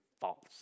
false